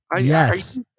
Yes